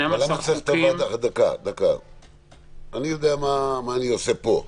אני יודע מה אני עושה פה.